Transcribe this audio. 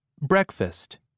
Breakfast